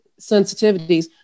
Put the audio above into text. sensitivities